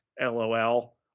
Lol